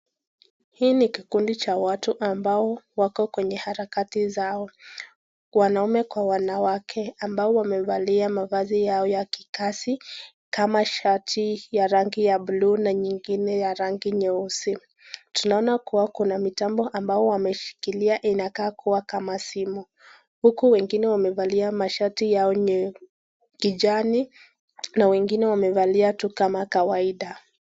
Hii ni kikundi cha watu wako na harakati zao wanaume kwa wanawake, ambao wamevalia mavazi yao ya kikazi kama shati ya rangi ya blue ,na nyingine ya rangi nyeusi, tunaona kuwa kuna mitambo imeshikilia inakaa kuwa kama simu, huku wengine wamevalia mashati yao kijani, na wengine wamevalia tu kama kawaida.